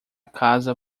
casa